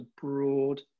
broad